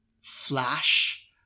flash